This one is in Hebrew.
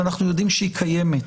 שאנחנו יודעים שהיא קיימת,